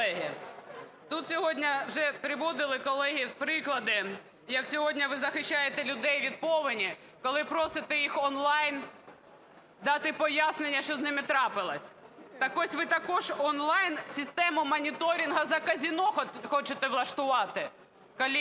колеги, тут сьогодні вже приводили колеги приклади, як сьогодні ви захищаєте людей від повені, коли просите їх онлайн дати пояснення, що з ними трапилось. Так ось ви також онлайн систему моніторингу за казино хочете влаштувати? Колеги,